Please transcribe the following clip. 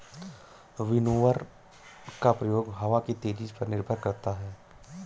winnower का प्रयोग हवा की तेजी पर निर्भर करता है